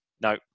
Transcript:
no